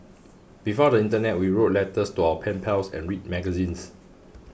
before the internet we wrote letters to our pen pals and read magazines